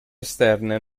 esterne